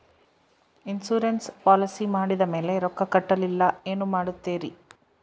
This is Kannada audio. ಇನ್ಸೂರೆನ್ಸ್ ಪಾಲಿಸಿ ಮಾಡಿದ ಮೇಲೆ ರೊಕ್ಕ ಕಟ್ಟಲಿಲ್ಲ ಏನು ಮಾಡುತ್ತೇರಿ?